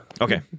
Okay